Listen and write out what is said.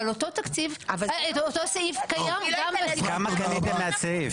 אבל אותו סעיף קיים גם --- תודה רבה.